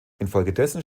infolgedessen